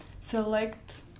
select